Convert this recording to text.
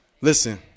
Listen